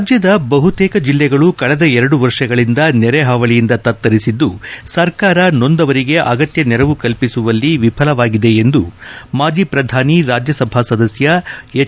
ರಾಜ್ಯದ ಬಹುತೇಕ ಜಿಲ್ಲೆಗಳು ಕಳೆದ ಎರಡು ವರ್ಷಗಳಿಂದ ನೆರೆ ಹಾವಳಿಯಿಂದ ತತ್ತರಿಸಿದ್ದು ಸರ್ಕಾರ ನೊಂದವರಿಗೆ ಅಗತ್ಯ ನೆರವು ಕಲ್ವಿಸುವಲ್ಲಿ ವಿಫಲವಾಗಿದೆ ಎಂದು ಮಾಜಿ ಪ್ರಧಾನಿ ರಾಜ್ಯಸಭಾ ಸದಸ್ಯ ಎಚ್